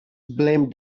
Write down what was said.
blame